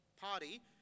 party